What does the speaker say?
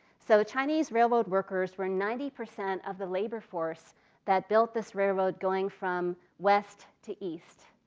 so chinese railroad workers were ninety percent of the labor force that built this railroad going from west to east.